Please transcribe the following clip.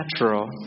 natural